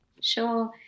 Sure